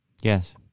Yes